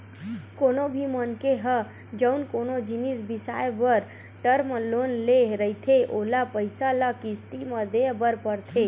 कोनो भी मनखे ह जउन कोनो जिनिस बिसाए बर टर्म लोन ले रहिथे ओला पइसा ल किस्ती म देय बर परथे